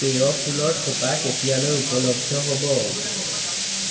পেয় ফুলৰ থোপা কেতিয়ালৈ উপলব্ধ হ'ব